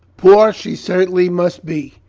poor she certainly must be,